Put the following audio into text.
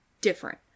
different